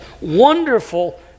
wonderful